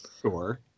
Sure